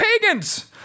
pagans